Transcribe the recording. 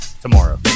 tomorrow